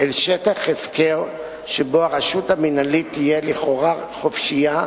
אל שטח הפקר שבו הרשות המינהלית תהיה לכאורה חופשייה